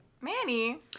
Manny